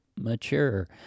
mature